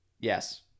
Yes